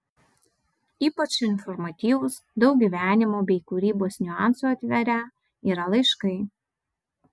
ypač informatyvūs daug gyvenimo bei kūrybos niuansų atverią yra laiškai